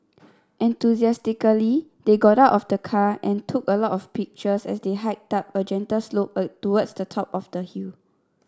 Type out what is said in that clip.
enthusiastically they got out of the car and took a lot of pictures as they hiked up a gentle slope a towards the top of the hill